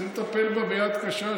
צריך לטפל בה ביד קשה,